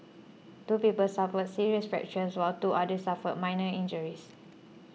two people suffered serious fractures while two others suffered minor injuries